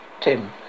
Tim